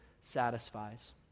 satisfies